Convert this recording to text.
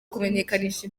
kumenyekanisha